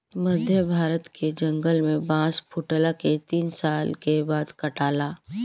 मध्य भारत के जंगल में बांस फुटला के तीन साल के बाद काटाला